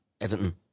Everton